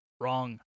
Wrong